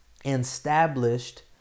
established